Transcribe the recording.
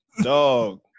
dog